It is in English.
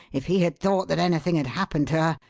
if he had thought that anything had happened to her,